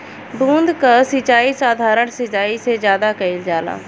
बूंद क सिचाई साधारण सिचाई से ज्यादा कईल जाला